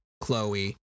Chloe